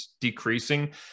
decreasing